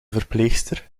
verpleegster